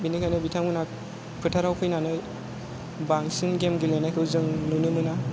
बेनिखायनो बिथांमोना फोथाराव फैनानै बांसिन गेम गेलेनायखौ जों नुनो मोना